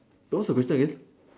no what's your question again